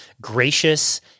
gracious